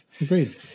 agreed